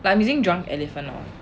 but I'm using Drunk Elephant